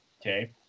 Okay